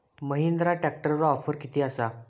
महिंद्रा ट्रॅकटरवर ऑफर किती आसा?